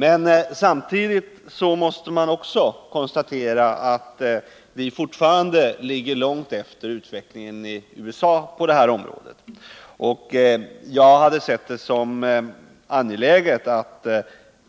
Men samtidigt måste man konstatera att vi på detta område fortfarande ligger långt efter USA. Enligt min mening hade det varit angeläget, om